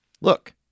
Look